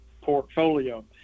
portfolio